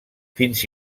fins